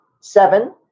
Seven